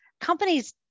companies